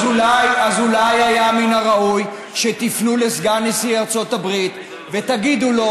אז אולי היה מן הראוי שתפנו לסגן נשיא ארצות הברית ותגידו לו